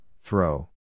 throw